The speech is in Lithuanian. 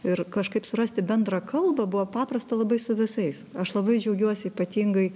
ir kažkaip surasti bendrą kalbą buvo paprasta labai su visais aš labai džiaugiuosi ypatingai